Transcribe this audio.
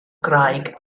graig